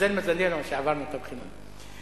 התמזל מזלנו שעברנו את הבחינות.